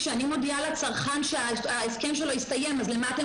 כשאני מודיע לצרכן שההסכם שלו הסתיים אז למה אתם